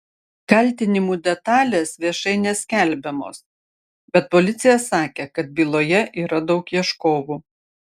kaltinimų detalės viešai neskelbiamos bet policija sakė kad byloje yra daug ieškovų